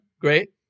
Great